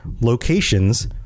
locations